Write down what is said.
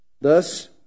Thus